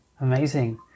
Amazing